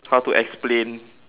how to explain